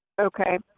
okay